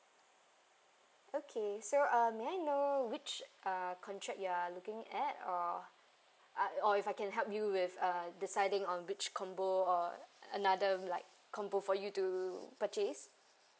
okay so uh may I know which uh contract you're looking at or uh or if I can help you with uh deciding on which combo or another like combo for you to purchase